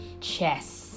chess